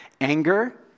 Anger